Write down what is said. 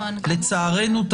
לצערנו,